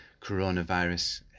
coronavirus